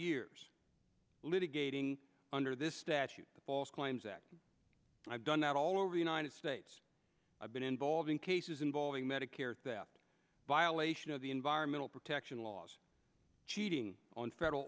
years litigating under this statute the false claims that i've done that all over the united states i've been involved in cases involving medicare theft violation of the environmental protection laws cheating on federal